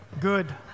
Good